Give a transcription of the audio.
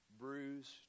Bruised